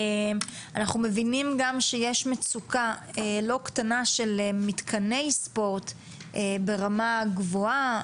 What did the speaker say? אנחנו מבינים גם שיש מצוקה לא קטנה של מתקני ספורט ברמה גבוהה,